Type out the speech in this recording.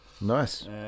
nice